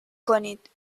کنید